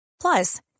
Plus